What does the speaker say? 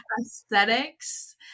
aesthetics